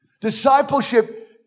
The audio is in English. Discipleship